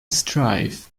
strive